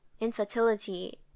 infertility